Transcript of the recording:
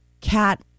cat